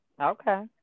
okay